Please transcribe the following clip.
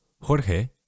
Jorge